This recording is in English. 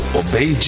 obey